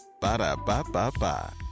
Ba-da-ba-ba-ba